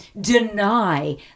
deny